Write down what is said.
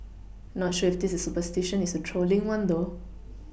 not sure if this superstition is a trolling one though